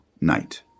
night